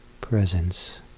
presence